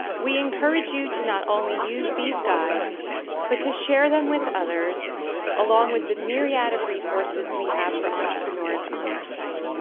we encourage you to not only use these guides but to share them with others along with the myriad of resources we have for entrepreneurs on our site.